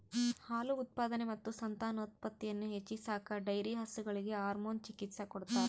ಹಾಲು ಉತ್ಪಾದನೆ ಮತ್ತು ಸಂತಾನೋತ್ಪತ್ತಿಯನ್ನು ಹೆಚ್ಚಿಸಾಕ ಡೈರಿ ಹಸುಗಳಿಗೆ ಹಾರ್ಮೋನ್ ಚಿಕಿತ್ಸ ಕೊಡ್ತಾರ